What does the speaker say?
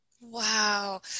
Wow